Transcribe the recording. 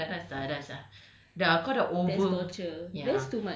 gum kau dah dah dah dah dah sah dah sah dah kau dah over